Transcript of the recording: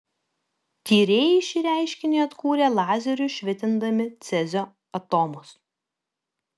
tyrėjai šį reiškinį atkūrė lazeriu švitindami cezio atomus